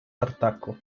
tartaku